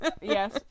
Yes